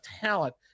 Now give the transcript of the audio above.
talent